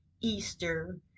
Easter